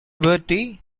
bertie